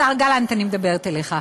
השר גלנט, אני מדברת אליך.